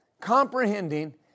comprehending